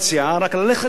רק ללכת עד הסוף.